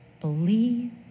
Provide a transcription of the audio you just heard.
believe